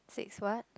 six what